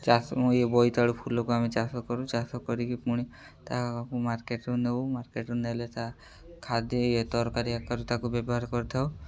ଚାଷ ଇଏ ବୋଇତାଳୁ ଫୁଲକୁ ଆମେ ଚାଷ କରୁ ଚାଷ କରିକି ପୁଣି ତାହାକୁ ମାର୍କେଟ୍ରୁ ନେଉ ମାର୍କେଟ୍ରୁ ନେଲେ ତା ଖାଦ୍ୟ ଇଏ ତରକାରୀ ଆକାରରେ ତାକୁ ବ୍ୟବହାର କରିଥାଉ